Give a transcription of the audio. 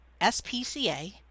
SPCA